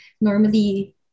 Normally